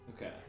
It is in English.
Okay